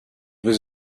was